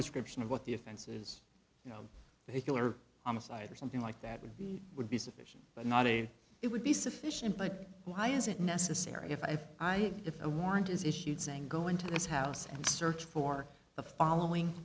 description of what the offenses you know they kill or homicide or something like that would be would be sufficient but not a it would be sufficient but why is it necessary if i if a warrant is issued saying go into this house and search for the following